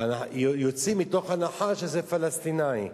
יוצאים מתוך הנחה שזה פלסטיני.